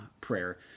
prayer